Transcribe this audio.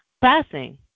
passing